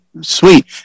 sweet